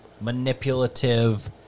manipulative